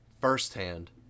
firsthand